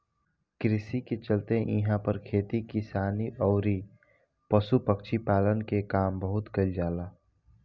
कृषि के चलते इहां पर खेती किसानी अउरी पशु पक्षी पालन के काम बहुत कईल जाला